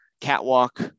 catwalk